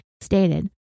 stated